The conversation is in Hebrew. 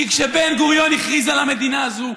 כי כשבן-גוריון הכריז על המדינה הזאת,